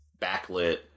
backlit